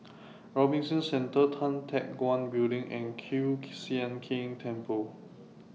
Robinson Centre Tan Teck Guan Building and Kiew Sian King Temple